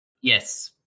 Yes